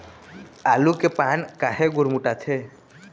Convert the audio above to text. आलू के पान काहे गुरमुटाथे?